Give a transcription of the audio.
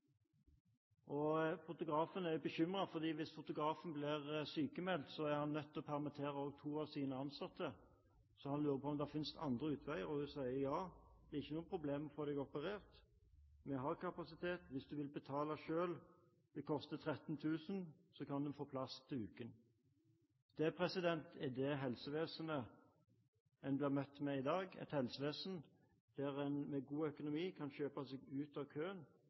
Og fotografen er bekymret, for hvis han blir sykmeldt, blir han nødt til å permittere to av sine ansatte. Så han lurer på om det finnes andre utveier. Og hun sier ja, det er ikke noe problem å få deg operert, vi har kapasitet. Hvis du vil betale selv – det koster 13 000 kr – kan du få plass til uken. Det er dette helsevesenet en blir møtt med i dag, et helsevesen der en med god økonomi kan kjøpe seg ut av køen,